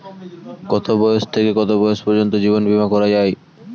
কতো বয়স থেকে কত বয়স পর্যন্ত জীবন বিমা করা যায়?